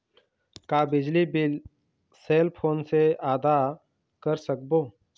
का बिजली bill cell phone से आदा कर सकबो?